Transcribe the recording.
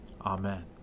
Amen